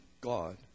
God